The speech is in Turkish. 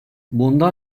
bunda